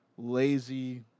lazy